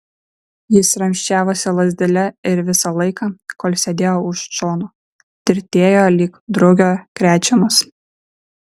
jis ramsčiavosi lazdele ir visą laiką kol sėdėjo už džono tirtėjo lyg drugio krečiamas